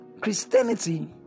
Christianity